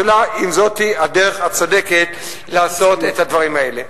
השאלה אם זאת הדרך הצודקת לעשות את הדברים האלה.